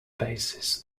basis